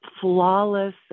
flawless